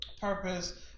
purpose